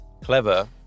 clever